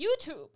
YouTube